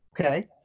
Okay